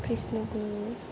Krishna Guru